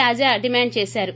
రాజా demand చేసారు